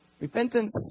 Repentance